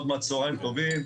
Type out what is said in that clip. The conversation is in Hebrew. עוד מעט צהריים טובים.